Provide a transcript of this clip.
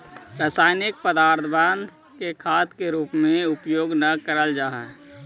रासायनिक पदर्थबन के खाद के रूप में उपयोग न कयल जा हई